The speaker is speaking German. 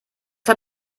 hat